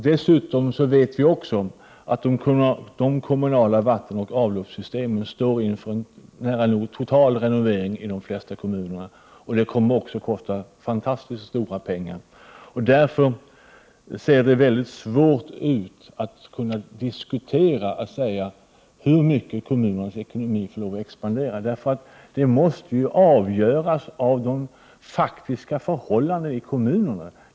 Dessutom vet vi att de kommunala vattenoch avloppssystemen står inför en nära nog total renovering i de flesta kommuner. Det kommer också att kosta fantastiskt mycket pengar. Därför ser det ut att vara väldigt svårt att säga hur mycket kommunernas ekonomi får lov att expandera. Det måste ju avgöras av de faktiskta förhållandena i kommunerna.